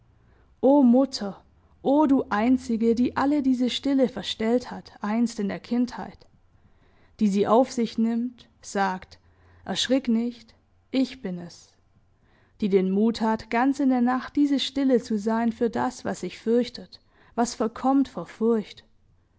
o mutter o du einzige die alle diese stille verstellt hat einst in der kindheit die sie auf sich nimmt sagt erschrick nicht ich bin es die den mut hat ganz in der nacht diese stille zu sein für das was sich fürchtet was verkommt vor furcht